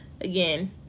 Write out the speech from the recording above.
again